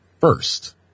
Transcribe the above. first